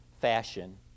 fashion